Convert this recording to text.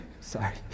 Sorry